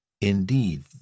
Indeed